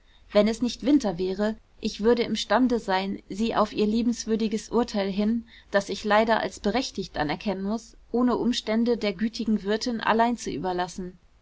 wenn es nicht winter wäre ich würde imstande sein sie auf ihr liebenswürdiges urteil hin das ich leider als berechtigt anerkennen muß ohne umstände der gütigen wirtin allein zu überlassen